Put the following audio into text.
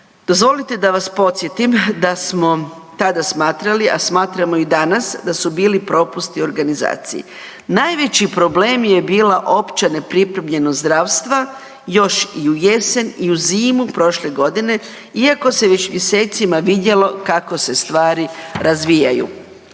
Dozvolite da vas podsjetim da smo tada smatrali a smatramo i danas da su bili propusti organizacije. Najveći problem je bila opća nepripremljenost zdravstva, još i u jesen i u zimu prošle godine iako se već mjesecima vidjelo kako se stvari razvijaju.